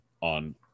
on